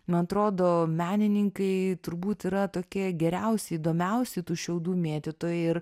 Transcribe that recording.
man atrodo menininkai turbūt yra tokie geriausi įdomiausi tų šiaudų mėtytojai ir